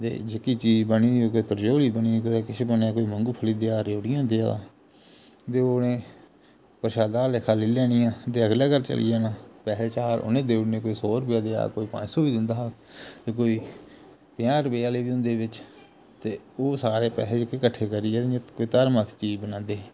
ते जेह्की चीज बनी दी कुतै तरचौली बनी दी किश बने दा कोई मुंगफली देआ दा कोई रेयोड़ियां देआ दा ते ओह् उ'नें प्रशादा आह्ले लेखा लेई लैनी आं ते अगले घर चली जाना पैहे चार उ'नें देई ओड़ने कोई सौ रपेआ देआ दा कोई पंच सौ बी दिंदा हा ते कोई पं'ञा रपे आह्ले बी हुंदे हे बिच ते ओह् सारे पैहे जेह्के कट्ठे करियै ते कोई धर्मार्थ चीज बनांदे हे